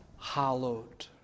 hallowed